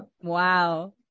Wow